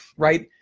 right.